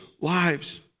lives